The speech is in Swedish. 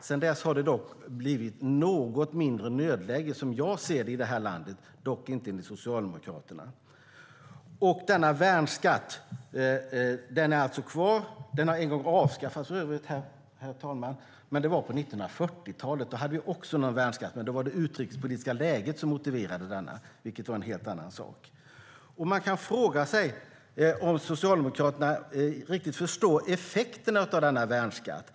Sedan dess har det dock blivit något mindre nödläge, som jag ser det, i landet - dock inte enligt Socialdemokraterna. Värnskatten är alltså kvar. Den har en gång avskaffats, herr talman, men det var på 1940-talet. Då hade vi också en värnskatt, men då var det det utrikespolitiska läget som motiverade denna, vilket var en helt annan sak. Man kan fråga sig om Socialdemokraterna förstår effekterna av värnskatten.